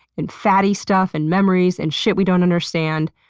and fatty stuff, and memories, and shit we don't understand,